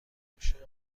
میشه